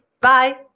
Bye